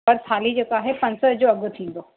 पर थाली जेको आहे पंज सएं जो अघि थींदो